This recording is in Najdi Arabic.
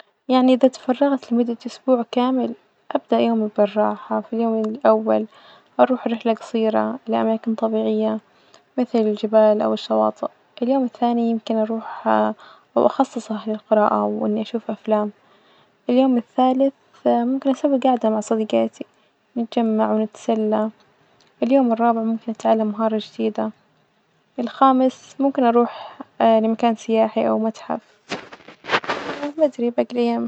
يعني إذا تفرغت لمدة أسبوع كامل أبدأ يومي بالراحة، في اليوم الأول أروح رحلة جصيرة لأماكن طبيعية مثل الجبال أو الشواطئ، اليوم الثاني يمكن أروح أوأخصصه للقراءة وإني أشوف أفلام، اليوم الثالث ممكن أسوي جاعدة مع صديجاتي نتجمع ونتسلى، اليوم الرابع ممكن أتعلم مهارة جديدة، الخامس ممكن أروح لمكان سياحي أو متحف ما أدري.